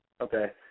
Okay